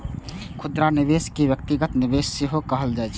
खुदरा निवेशक कें व्यक्तिगत निवेशक सेहो कहल जाइ छै